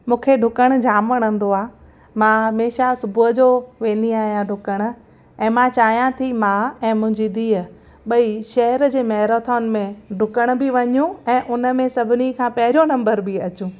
मूंखे ॾुकण जाम वणंदो आहे मां हमेशह सुबुह जो वेंदी आहियां ॾुकण ऐं मां चाहियां थी मां ऐं मुंहिंजी धीअ ॿई शहर जे मैरथॉन में ॾुकण बि वञू ऐं उनमें सभिनी खां पहिरियों नंबर बि अचूं